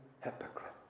hypocrite